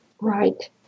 Right